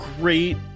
great